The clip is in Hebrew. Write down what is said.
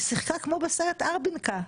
היא שיחקה כמו בסרט "ארבינקה".